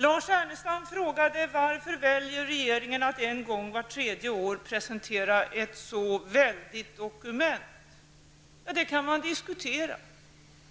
Lars Ernestam frågade varför regeringen väljer att en gång vart tredje år presentera ett så väldigt dokument. Man kan,